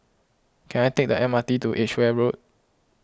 can I take the M R T to Edgeware Road